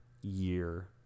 year